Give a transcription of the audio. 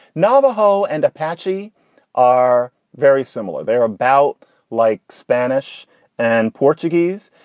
navajo and apache are very similar. they are about like spanish and portuguese.